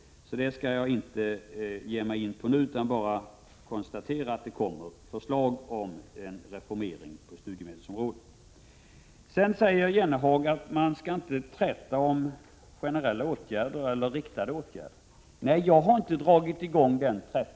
Jag skall därför inte ge mig in på den nu, utan jag konstaterar bara att det kommer att läggas fram förslag om en reformering på studiemedelsområdet. Sedan vill jag säga till Jan Jennehag beträffande hans påpekande att man inte skall träta om generella eller riktade åtgärder att det inte är jag som har dragit i gång den trätan.